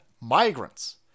migrants